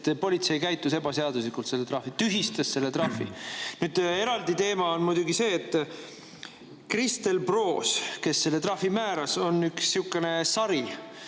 et politsei käitus ebaseaduslikult, ja tühistas selle trahvi. Eraldi teema on muidugi see, et Kristel Proos, kes selle trahvi määras, on üks sihukene